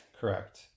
Correct